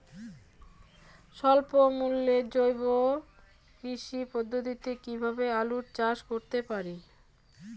স্বল্প মূল্যে জৈব কৃষি পদ্ধতিতে কীভাবে আলুর চাষ করতে পারি?